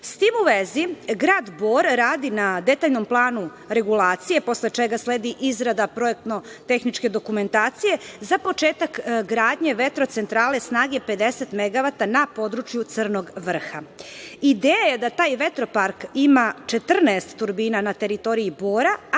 tim u vezi, grad Bor radi na detaljnom planu regulacije, posle čega sledi izrada projektno-tehničke dokumentacije, za početak gradnja vetrocentrale snage 50 megavatia na području Crnog Vrha. Ideja je da taj vetropark ima 14 turbina na teritoriji Bora,